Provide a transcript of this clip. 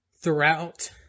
throughout